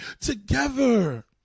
together